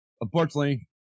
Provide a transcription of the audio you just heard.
unfortunately